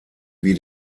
wie